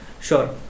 sure